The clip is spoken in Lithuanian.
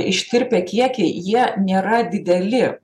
ištirpę kiekiai jie nėra dideli